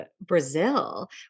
Brazil